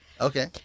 Okay